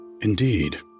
Indeed